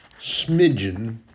smidgen